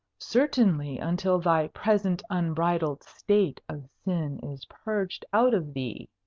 certainly until thy present unbridled state of sin is purged out of thee,